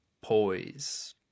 poise